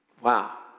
Wow